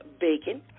bacon